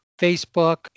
Facebook